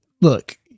look